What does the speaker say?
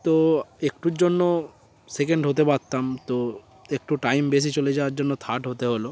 তো একটুর জন্য সেকেন্ড হতে পারতাম তো একটু টাইম বেশি চলে যাওয়ার জন্য থার্ড হতে হলো